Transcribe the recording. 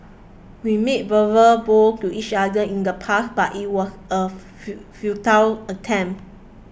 we made verbal vows to each other in the past but it was a few futile attempt